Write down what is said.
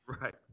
Right